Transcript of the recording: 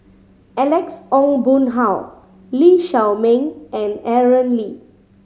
Alex Ong Boon Hau Lee Shao Meng and Aaron Lee